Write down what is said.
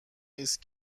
ایست